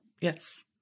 Yes